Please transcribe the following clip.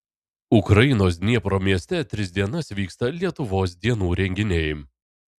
ukrainos dniepro mieste tris dienas vyksta lietuvos dienų renginiai